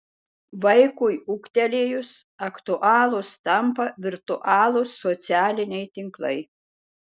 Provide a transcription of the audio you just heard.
vaikui ūgtelėjus aktualūs tampa virtualūs socialiniai tinklai